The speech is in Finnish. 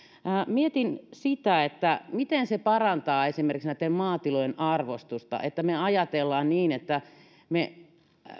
mietin sitä että miten se parantaa esimerkiksi näitten maatilojen arvostusta että me ajattelemme niin että me